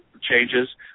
changes